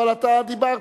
אבל אתה דיברת,